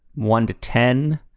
one to ten?